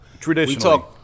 Traditionally